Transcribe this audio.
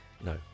No